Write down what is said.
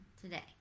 today